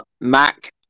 Mac